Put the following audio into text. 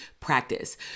practice